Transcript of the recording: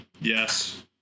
Yes